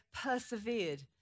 persevered